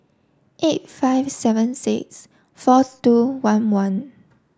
eight five seven six four two one one